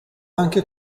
anche